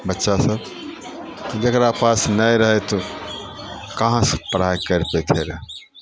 बच्चासभ जकरा पास नहि रहै तऽ ओ कहाँसँ पढ़ाइ करि सकतै रहै